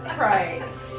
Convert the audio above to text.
Christ